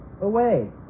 away